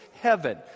heaven